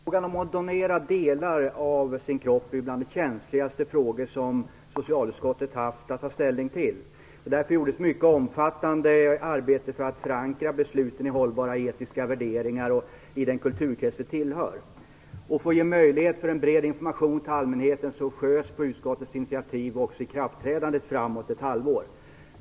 Herr talman! Jag vänder mig till socialministern. Frågan om att donera delar av sin kropp är bland de känsligaste frågor som socialutskottet haft att ta ställning till. Det gjordes därför ett mycket omfattande arbete för att förankra besluten i hållbara etiska värderingar och i den kulturkrets vi tillhör. För att få möjlighet till en bred information till allmänheten sköts på utskottets initiativ ikraftträdandet framåt ett halvår.